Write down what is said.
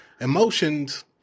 emotions